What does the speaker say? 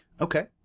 Okay